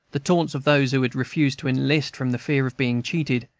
the taunts of those who had refused to enlist from the fear of being cheated,